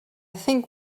think